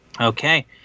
Okay